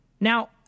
Now